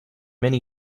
many